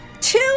two